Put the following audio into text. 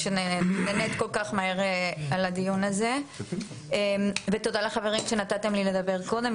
על שנענית כל כך מהר לדיון הזה ותודה לחברים שנתתם לי לדבר קודם,